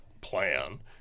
plan